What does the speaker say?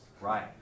right